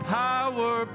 power